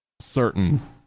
certain